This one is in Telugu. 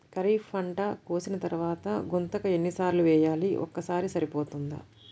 ఖరీఫ్ పంట కోసిన తరువాత గుంతక ఎన్ని సార్లు వేయాలి? ఒక్కసారి సరిపోతుందా?